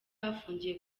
afungiye